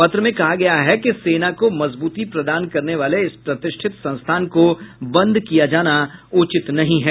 पत्र में कहा गया है कि सेना को मजबूती प्रदान करने वाले इस प्रतिष्ठित संस्थान को बंद किया जाना उचित नहीं है